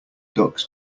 ducks